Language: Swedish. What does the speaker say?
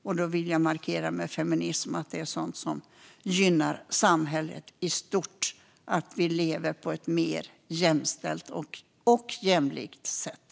Jag vill markera att feminism är något som gynnar samhället i stort och gör att vi lever på ett mer jämställt och jämlikt sätt.